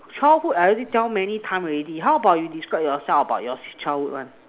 childhood I already tell many times already how about you describe yourself about your childhood one